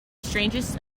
strangest